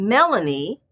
Melanie